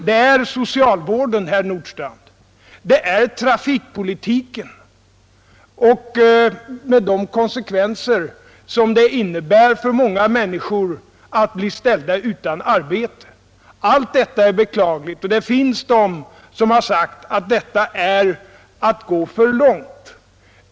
Det är också socialvården, herr Nordstrandh, och det är trafikpolitiken, med den konsekvensen att många människor blir ställda utan arbete och allt vad det innebär. Allt detta är beklagligt, och det finns de som har sagt att man nu går för långt.